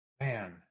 Man